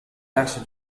verso